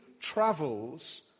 Travels